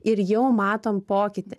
ir jau matom pokytį